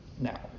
Now